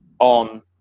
on